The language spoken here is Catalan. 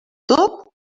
tot